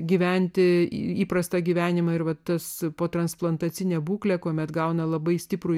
gyventi įprastą gyvenimą ir vatus potransplantacinė būklė kuomet gauna labai stiprų